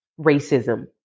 racism